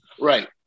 Right